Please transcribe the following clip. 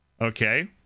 okay